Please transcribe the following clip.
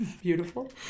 Beautiful